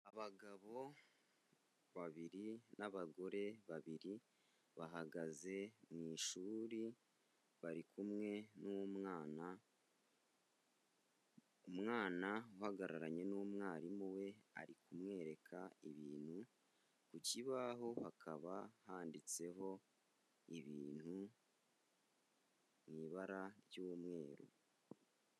Abagabo babiri n'abagore babiri, bahagaze mu ishuri, bari kumwe n'umwana, umwana uhagararanye n'umwarimu we ari kumwereka ibintu, ku kibaho hakaba handitseho ibintu mu ibara ry'umweru.